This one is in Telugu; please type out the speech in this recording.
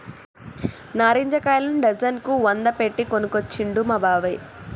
నారింజ కాయలను డజన్ కు వంద పెట్టి కొనుకొచ్చిండు మా బాబాయ్